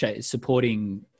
supporting